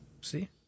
See